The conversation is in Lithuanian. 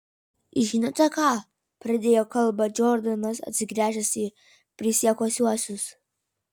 žinote ką pradėjo kalbą džordanas atsigręžęs į prisiekusiuosius